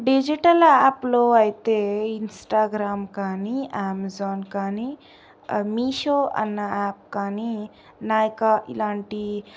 digital యాప్లో అయితే Instagram కానీ ఆమెజాన్ కానీ మీషో అన్న యాప్ కానీ నైకా ఇలాంటి